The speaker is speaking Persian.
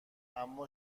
اما